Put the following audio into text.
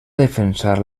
defensar